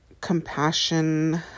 compassion